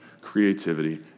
creativity